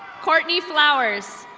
courtney flowers.